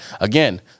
Again